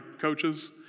coaches